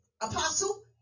apostle